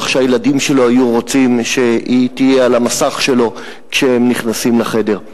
שהילדים שלו היו רוצים שהיא תהיה על המסך שלו כשהם נכנסים לחדר.